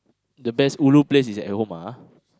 the best ulu place is at home ah